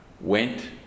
went